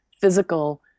physical